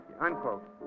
unquote